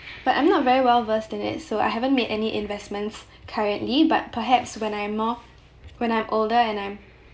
but I'm not very well versed in it so I haven't made any investments currently but perhaps when I more when I'm older and I'm